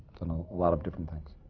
done a lot of different things.